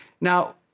Now